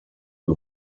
que